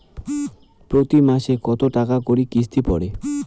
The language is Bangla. প্রতি মাসে কতো টাকা করি কিস্তি পরে?